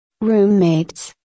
Roommates